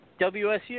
WSU